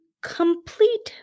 complete